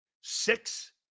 six